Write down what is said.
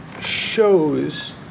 shows